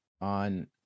on